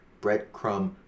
breadcrumb